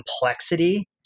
complexity